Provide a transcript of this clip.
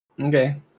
okay